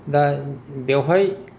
दा बेयावहाय